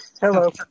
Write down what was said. Hello